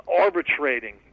arbitrating